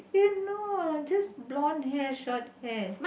eh no just blonde hair short hair